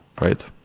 right